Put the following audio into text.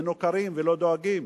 מנוכרים ולא דואגים.